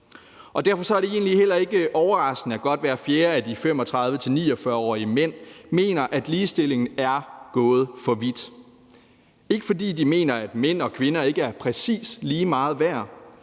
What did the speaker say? Derfor er det egentlig heller ikke overraskende, at godt hver fjerde af de 35-49-årige mænd mener, at ligestillingen er gået for vidt. Det er ikke, fordi de mener, at mænd og kvinder ikke er præcis lige meget værd,